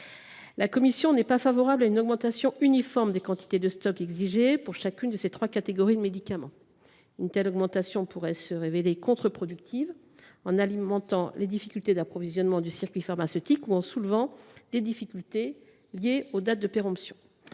La commission n’est pas favorable à une augmentation uniforme des quantités de stock exigées pour chacune de ces trois catégories de médicaments. Une telle disposition pourrait en effet se révéler contre productive, en alimentant les problèmes d’approvisionnement du circuit pharmaceutique ou en soulevant des difficultés liées aux dates de péremption.